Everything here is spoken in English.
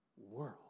world